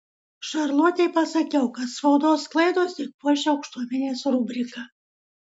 šarlotei pasakiau kad spaudos klaidos tik puošia aukštuomenės rubriką